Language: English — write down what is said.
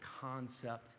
concept